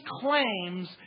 claims